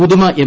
Uduma M